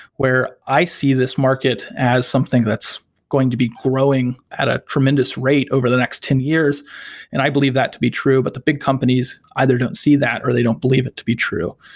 where i see this market as something that's going to be growing at a tremendous rate over the next ten years and i believe that be true, but the big companies either don't see that or they don't believe it to be true.